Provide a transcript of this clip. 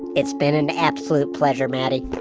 it's been an absolute pleasure, maddie but